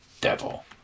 Devil